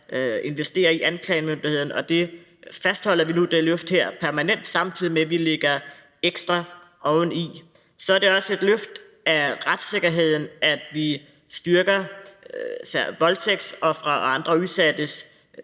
investere i anklagemyndigheden. Det løft fastholder vi nu permanent, samtidig med at vi lægger ekstra oveni. Så er det også et løft af retssikkerheden, at vi styrker især voldtægtsofre og andre udsattes